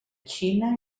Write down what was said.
xina